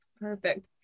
Perfect